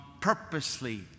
purposely